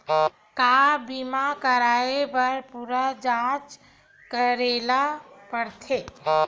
का बीमा कराए बर पूरा जांच करेला पड़थे?